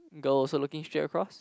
girl also looking straight across